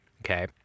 okay